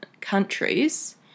countries